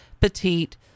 petite